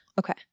Okay